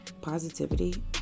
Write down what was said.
positivity